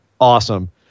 awesome